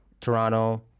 Toronto